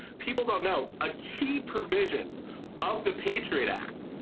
people don't know a key provision of the patriot act,